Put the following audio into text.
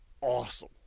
awesome